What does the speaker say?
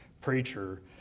preacher